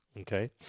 okay